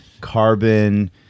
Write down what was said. carbon